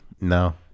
No